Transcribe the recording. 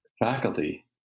faculty